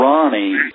Ronnie